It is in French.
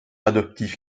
adoptif